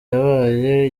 yabaye